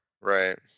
Right